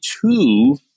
two